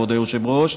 כבוד היושב-ראש,